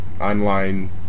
Online